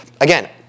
again